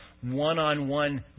one-on-one